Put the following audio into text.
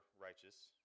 righteous